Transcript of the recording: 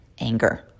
anger